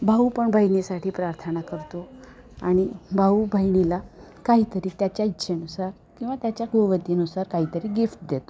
भाऊ पण बहिणीसाठी प्रार्थाना करतो आणि भाऊ बहिणीला काहीतरी त्याच्या इच्छेनुसार किंवा त्याच्या कुवतीनुसार काहीतरी गिफ्ट देतो